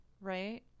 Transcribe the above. right